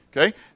okay